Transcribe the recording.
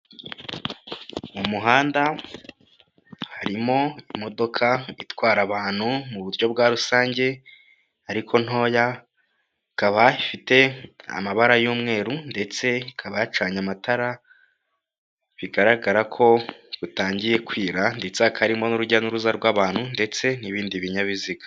Mu muhanda harimo imodoka itwara abantu muburyo bwa rusange ariko ntoya, ikaba ifite amabara y'umweru ndetse ikaba yacanye amatara, bigaragara ko butangiye kwiragi ndetse hakaba harimo n'urujya n'uruza rw'abantu ndetse n'ibindi binyabiziga.